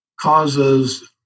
causes